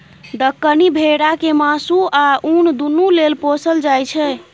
दक्कनी भेरा केँ मासु आ उन दुनु लेल पोसल जाइ छै